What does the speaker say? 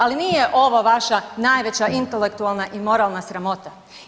Ali nije ovo vaša najveća intelektualna i moralna sramota.